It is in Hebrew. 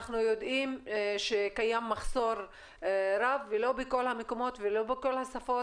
אנחנו יודעים שקיים מחסור רב ולא בכל המקומות ולא בכל השפות.